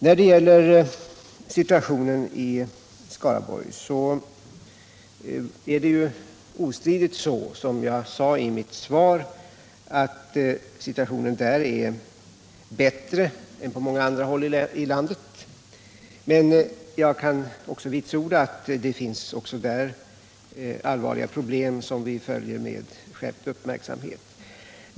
Som jag sade i mitt svar är det ju obestridligen så att situationen i Skaraborgs län är bättre än på många andra håll i landet. Men jag kan också vitsorda att det finns även där allvarliga problem som vi följer med skärpt uppmärksamhet.